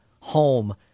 Home